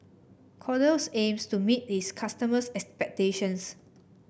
Kordel's aims to meet its customers' expectations